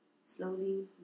Slowly